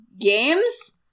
games